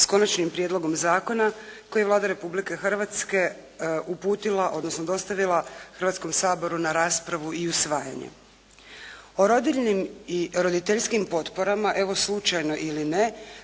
s konačnim prijedlogom zakona koji je Vlada Republike Hrvatske uputila odnosno dostavila Hrvatskom saboru na raspravu i usvajanje. O rodiljnim i roditeljskim potporama evo slučajno ili ne